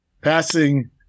passing